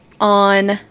On